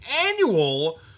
annual